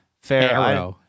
Fair